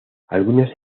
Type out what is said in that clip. algunos